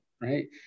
right